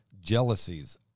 jealousies